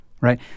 right